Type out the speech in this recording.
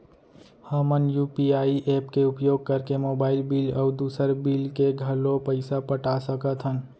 हमन UPI app के उपयोग करके मोबाइल बिल अऊ दुसर बिल के घलो पैसा पटा सकत हन